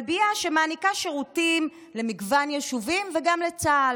כלבייה שמעניקה שירותים למגוון יישובים וגם לצה"ל.